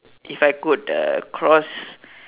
if I could uh cross